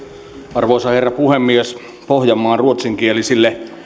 arvoisa herra puhemies pohjanmaan ruotsinkielisille